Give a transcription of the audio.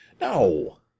no